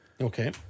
Okay